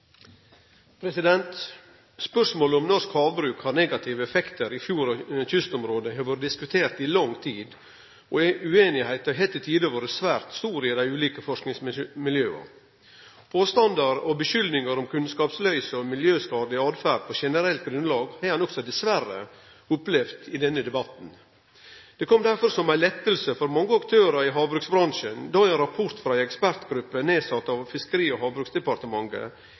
leiesnor. Spørsmålet om norsk havbruk har negative effektar i fjord- og kystområde, har vore diskutert i lang tid, og ueinigheita har til tider vore svært stor i dei ulike forskingsmiljøa. Påstandar og skuldingar om kunnskapsløyse og miljøskadeleg åtferd på generelt grunnlag har ein også dessverre opplevd i denne debatten. Det kom derfor som ein lette for mange aktørar i havbruksbransjen då ein rapport frå ei ekspertgruppe sett ned av Fiskeri- og havbruksdepartementet